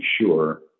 sure